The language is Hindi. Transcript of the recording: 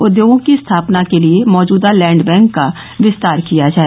उद्योगों की स्थापना के लिये मौजूदा लैण्ड बैंक का विस्तार किया जाय